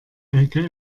elke